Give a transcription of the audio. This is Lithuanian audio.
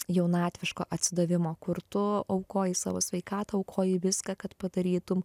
jaunatviško atsidavimo kur tu aukoji savo sveikatą aukoji viską kad padarytum